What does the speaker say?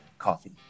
coffee